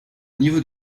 niveau